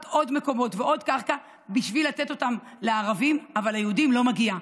עוד מקומות ועוד קרקע בשביל לתת אותם לערבים אבל ליהודים לא מגיע,